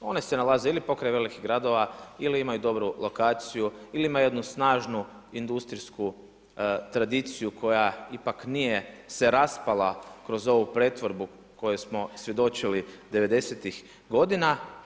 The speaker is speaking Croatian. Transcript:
One se nalaze ili pokraj velikih gradova ili imaju dobru lokaciju ili ima jednu snažnu industrijsku tradiciju koja ipak nije se raspala kroz ovu pretvorbu kojoj smo svjedočili devedesetih godina.